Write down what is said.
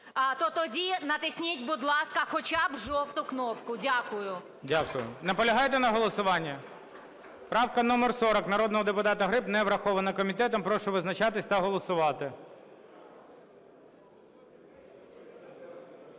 то тоді натисніть, будь ласка, хоча б жовту кнопку. Дякую. ГОЛОВУЮЧИЙ. Дякую. Наполягаєте на голосуванні? Правка номер 40 народного депутата Гриб, не врахована комітетом, прошу визначатись та голосувати.